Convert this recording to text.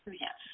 Yes